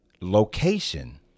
Location